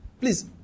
Please